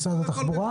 משרד התחבורה?